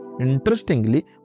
Interestingly